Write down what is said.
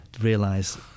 realize